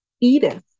Edith